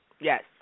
Yes